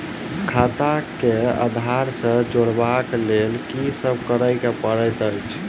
खाता केँ आधार सँ जोड़ेबाक लेल की सब करै पड़तै अछि?